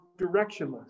directionless